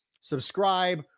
subscribe